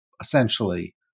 essentially